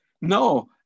no